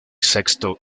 sexto